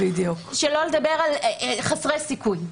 שלא לדבר על חסרי סיכוי.